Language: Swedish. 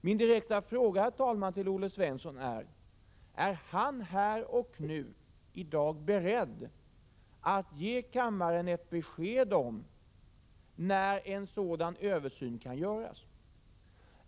Min direkta fråga är om Olle Svensson här och nu är beredd att ge kammaren ett besked om när en sådan översyn kan göras.